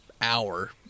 hour